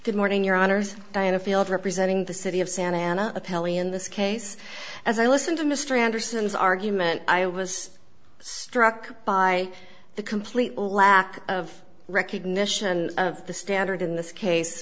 good morning your honor diana field representing the city of santa ana pelley in this case as i listened to mr anderson's argument i was struck by the complete lack of recognition of the standard in this case